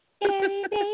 baby